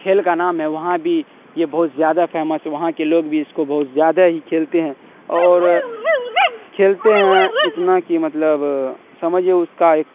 کھیل کا نام ہے وہاں بھی یہ بہت زیادہ فیمس ہے وہاں کے لوگ بھی اس کو بہت زیادہ ہی کھیلتے ہیں اور کھیلتے ہیں اتنا کہ مطلب سمجھیے اس کا ایک